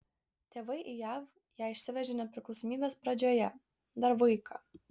tėvai į jav ją išsivežė nepriklausomybės pradžioje dar vaiką